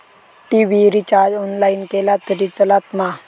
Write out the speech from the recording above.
TV recharge online केला तरी चलात मा?